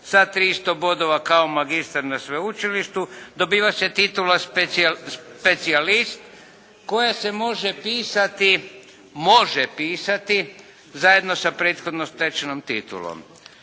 sa 300 bodova kao magistar na sveučilištu, dobiva se titula specijalist koja se može pisati, može pisati zajedno sa prethodno stečenom titulom.